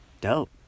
Dope